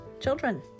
children